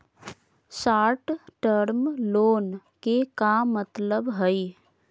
Short term loan के का मतलब हई?